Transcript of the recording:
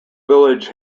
village